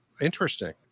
interesting